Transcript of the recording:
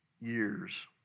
years